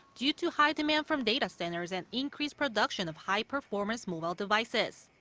due to high demand from data centers and increased production of high-performance mobile devices.